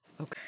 Okay